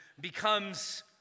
becomes